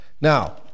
Now